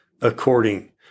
according